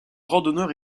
randonneur